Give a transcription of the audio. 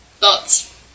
Thoughts